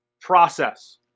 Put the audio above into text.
process